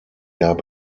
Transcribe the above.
gab